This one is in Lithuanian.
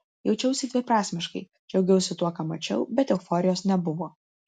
jaučiausi dviprasmiškai džiaugiausi tuo ką mačiau bet euforijos nebuvo